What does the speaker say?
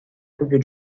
proprio